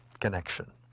connection